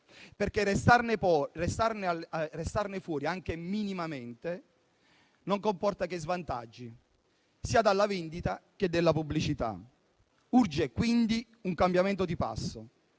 perché restarne fuori, anche minimamente, non comporta che svantaggi sia per la vendita sia per la pubblicità. Urgono quindi un cambiamento di passo,